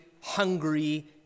hungry